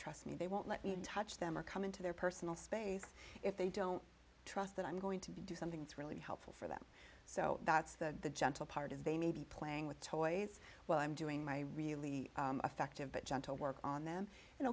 trust me they won't let me touch them or come into their personal space if they don't trust that i'm going to do something that's really helpful for them so that's the gentle part is they may be playing with toys well i'm doing my really effective but john to work on them